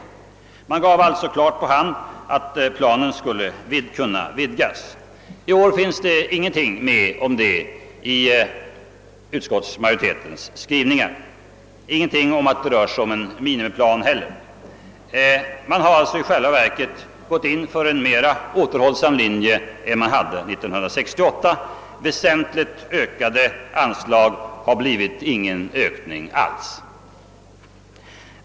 Utskottet gav alltså klart på hand att planen skulle kunna vidgas. I år finns ingenting med om detta i utskottsmajoritetens skrivningar, ingenting om att det rör sig om en minimiplan. Utskottsmajoriteten har alltså gått in för en mera återhållsam linje än år 1968. Väsentligt ökade anslag har blivit ingen ökning alls.